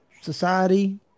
society